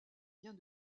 vient